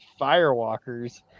firewalkers